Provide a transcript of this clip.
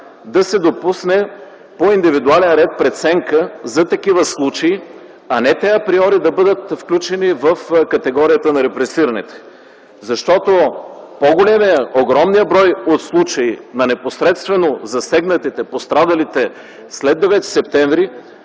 да се допусне по индивидуален ред преценка за такива случаи, а не те априори да бъдат включени в категорията на репресираните. Защото по-големият, огромният брой от случаи на непосредствено засегнатите, пострадалите след 9 септември